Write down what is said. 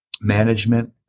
management